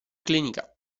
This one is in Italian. clinica